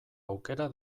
aukera